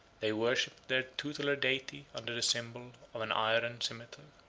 they worshipped their tutelar deity under the symbol of an iron cimeter.